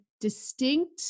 distinct